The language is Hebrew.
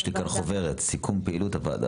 יש לי פה חוברת סיכום פעילות הוועדה